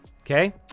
Okay